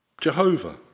Jehovah